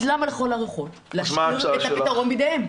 אז למה לכל הרוחות להשאיר את הפתרון בידיהם?